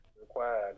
required